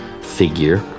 figure